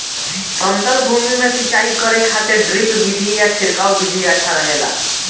समतल भूमि में सिंचाई करे खातिर ड्रिप विधि या छिड़काव विधि अच्छा रहेला?